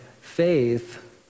faith